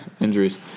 Injuries